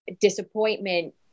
disappointment